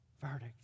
verdict